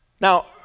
Now